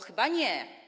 Chyba nie.